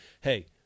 hey